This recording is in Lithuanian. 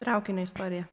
traukinio istorija